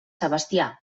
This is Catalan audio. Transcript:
sebastià